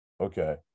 okay